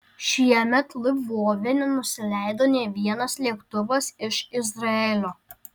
šiemet lvove nenusileido nė vienas lėktuvas iš izraelio